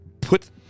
put